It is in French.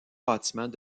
bâtiments